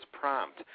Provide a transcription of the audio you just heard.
prompt